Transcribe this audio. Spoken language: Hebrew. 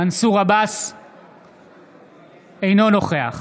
אינו נוכח